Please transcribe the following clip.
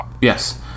yes